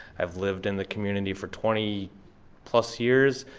i've lived in the community for twenty plus years.